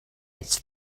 its